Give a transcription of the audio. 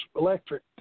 electric